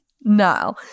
No